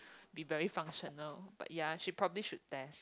be very functional but ya should probably should test